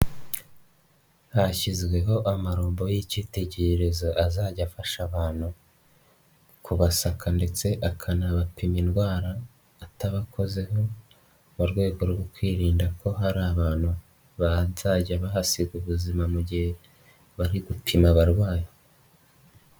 Hashyizweho amarombo y'ikitegererezo azajya afasha abantu kubasaka ndetse akanabapima indwara atabakozeho mu rwego rwo kwirinda ko hari abantu bazajya bahasiga ubuzima mu gihe bari gupima abarwayi.